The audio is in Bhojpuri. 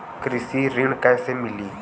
कृषि ऋण कैसे मिली?